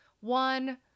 One